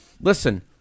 Listen